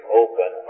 open